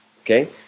okay